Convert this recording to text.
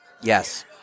Yes